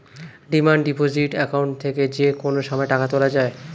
demand deposit account থেকে যে কোনো সময় টাকা তোলা যায়